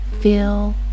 feel